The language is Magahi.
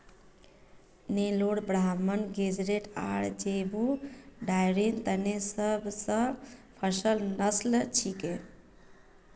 नेलोर ब्राह्मण गेज़रैट आर ज़ेबू डेयरीर तने सब स फेमस नस्ल छिके